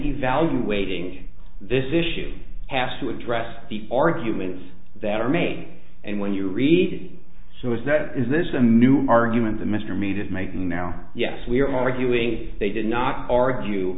evaluating this issue has to address the arguments that are made and when you read so is that is this a new argument that mr meat is making now yes we are arguing they did not argue